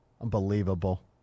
Unbelievable